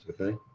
Okay